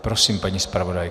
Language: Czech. Prosím, paní zpravodajko.